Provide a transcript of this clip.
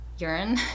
urine